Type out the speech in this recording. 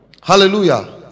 Hallelujah